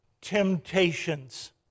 temptations